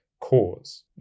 cause